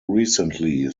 recently